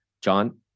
John